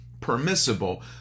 permissible